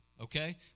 Okay